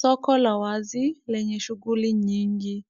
Soko la wazi lenye shughuli nyingi.